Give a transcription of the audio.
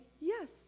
yes